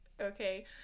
Okay